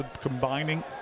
combining